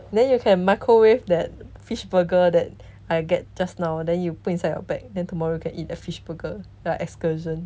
then you can microwave that fish burger that I get just now then you put inside your bag then tomorrow can eat the fish burger like excursion